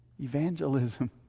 Evangelism